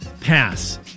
Pass